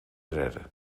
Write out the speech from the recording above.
redden